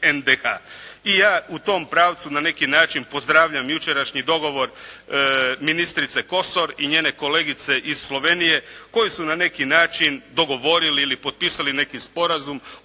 I ja u tom pravcu na neki način pozdravljam jučerašnji dogovor ministrice Kosor i njene kolegice iz Slovenije koje su na neki način dogovorili ili potpisali neki sporazum